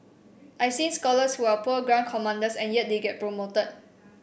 I've seen scholars who are poor ground commanders and yet they get promoted